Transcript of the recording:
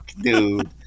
dude